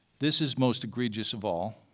this is most egregious of all.